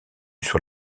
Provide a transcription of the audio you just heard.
sur